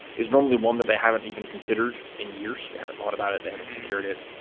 it's normally one that they haven't even considered in years. they haven't thought about it. they haven't secured it.